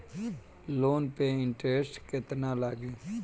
Loan पे interest केतना लागी?